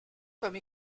comme